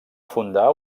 fundar